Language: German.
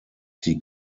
die